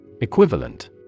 Equivalent